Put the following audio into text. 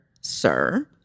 sir